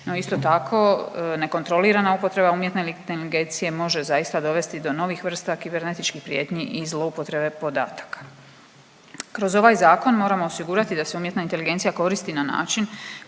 isto tako, nekontrolirana upotreba UI može zaista dovesti do novih vrsta kibernetičkih prijetnji i zloupotrebe podataka. Kroz ovaj Zakon moramo osigurati da se UI koristi na način